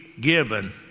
given